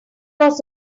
was